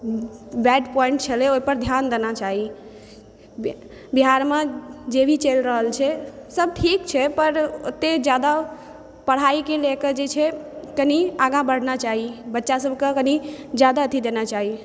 bad point छलै ओहि पर ध्यान देना चाही बिहारमे जे भी चलि रहल छै सब ठीक छै पर ओते जादा पढ़ाई कए ले कऽ जे छै कनि आगाँ बढ़ना चाही बच्चा सबके कनि जादा अथी देना चाही